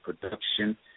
Production